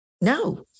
No